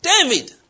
David